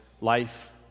life